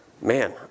man